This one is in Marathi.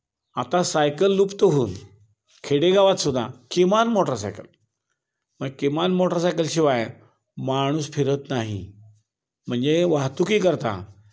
आता सायकल लुप्त होऊन खेडेगावातसुद्धा किमान मोटरसायकल मग किमान मोटरसायकलशिवाय माणूस फिरत नाही म्हणजे वाहतुकी करता